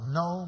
no